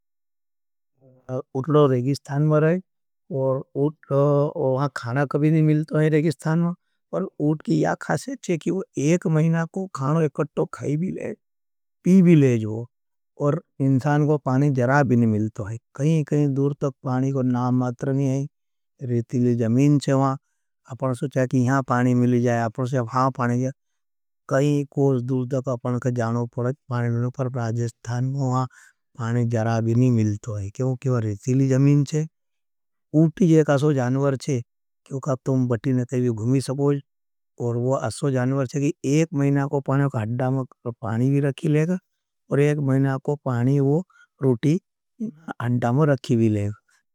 उटलो रेकिस्थान में रहे, उटलो वहाँ खाना कभी नी मिलतो हैं। रेकिस्थान में, पर उटकी या खासेच है कि वो एक महिना को खानो एकटो खाई भी ले, पी भी ले जो। और इंसान को पानी जरा भी नी मिलतो है, कहीं कहीं दूर तक पानी को ना मातर नी है, रेतिली ज जमीन छे। उटी ज एक असो जानवर छे, क्योंका तो उम बटी ने तैवी घुमी सबोज, और वो असो जानवर छे। कि एक महिना को खाणडा में पानी भी रखी लेग, और एक महिना को पानी वो रोटी अंडा में रखी भी लेग।